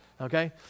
okay